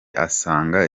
asanga